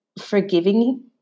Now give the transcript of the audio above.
forgiving